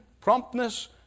promptness